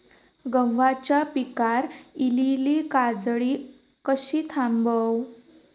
गव्हाच्या पिकार इलीली काजळी कशी थांबव?